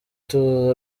tuza